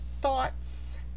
thoughts